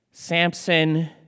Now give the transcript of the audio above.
Samson